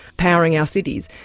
powering our cities,